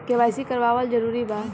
KYC करवावल जरूरी बा?